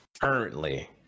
Currently